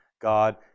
God